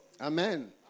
Amen